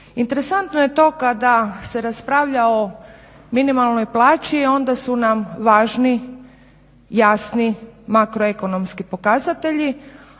Interesantno je to kada se raspravlja o minimalnoj plaći onda su nam važni jasni makroekonomski pokazatelji,